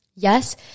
Yes